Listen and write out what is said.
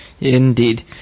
Indeed